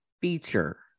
feature